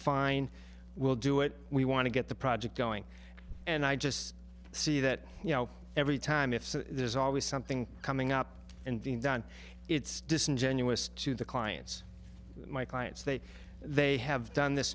fine we'll do it we want to get the project going and i just see that you know every time if there's always something coming up and being done it's disingenuous to the clients my clients that they have done this